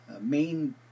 main